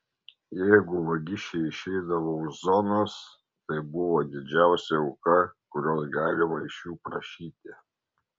jeigu vagišiai išeidavo už zonos tai buvo didžiausia auka kurios galima iš jų prašyti